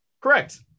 Correct